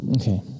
Okay